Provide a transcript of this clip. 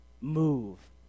move